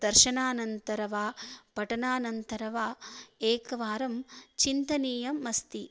दर्शनानन्तरं वा पठनानन्तरं वा एकवारं चिन्तनीयम् अस्ति